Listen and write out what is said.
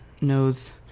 knows